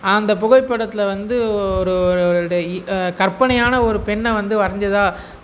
அந்த புகைப்படத்தில் வந்து ஒரு ஒரு கற்பனையான ஒரு பெண்ணை வந்து வரைஞ்சதா